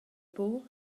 buc